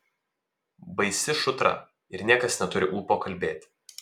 baisi šutra ir niekas neturi ūpo kalbėti